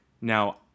Now